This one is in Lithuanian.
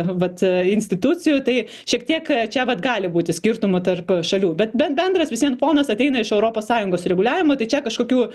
vat institucijų tai šiek tiek čia vat gali būti skirtumų tarp šalių bet ben bendras vis vien fonas ateina iš europos sąjungos reguliavimo tai čia kažkokių